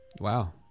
wow